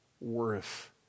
worth